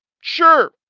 Sure